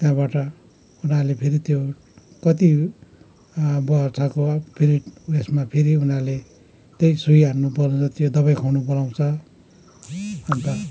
त्यहाँबाट उनीहरूले फेरि त्यो कति वर्षको पिरियड उयसमा फेरि उनीहरूले त्यही सुई हान्नु बोलाउँछ दबाई खानु बोलाउँछ अन्त